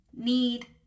need